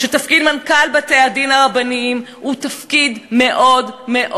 שתפקיד מנכ"ל בתי-הדין הרבניים הוא תפקיד מאוד מאוד